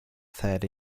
third